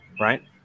right